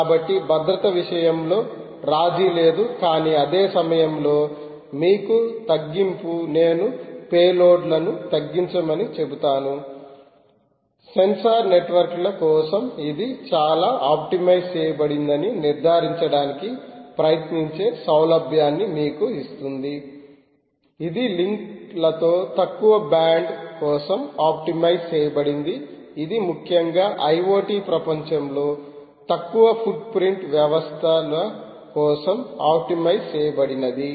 కాబట్టి భద్రత విషయంలో రాజీ లేదు కానీ అదే సమయంలో మీకు తగ్గింపు నేను పేలోడ్లను తగ్గించమని చెబుతాను సెన్సార్ నెట్వర్క్ల కోసం ఇది చాలా ఆప్టిమైజ్ చేయబడిందని నిర్ధారించడానికి ప్రయత్నించే సౌలభ్యాన్ని మీకు ఇస్తుంది ఇది లింక్లతో తక్కువ బ్యాండ్ కోసం ఆప్టిమైజ్ చేయబడింది ఇది ముఖ్యంగా IoT ప్రపంచంలో తక్కువ ఫుట్ ప్రింట్ వ్యవస్థల కోసం ఆప్టిమైజ్ చేయబడినది